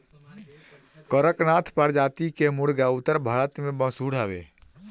कड़कनाथ प्रजाति कअ मुर्गा उत्तर भारत में मशहूर हवे